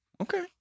Okay